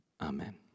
amen